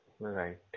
Right